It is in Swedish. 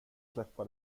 släppa